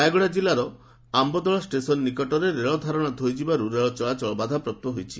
ରାୟଗଡ଼ା ଜିଲ୍ଲାର ଆମ୍ବଦୋଳା ଷ୍ଟେସନ୍ ନିକଟରେ ରେଳ ଧାରଣା ଧୋଇଯିବାରୁ ରେଳ ଚଳାଚଳ ବାଧାପ୍ରାପ୍ତ ହୋଇଛି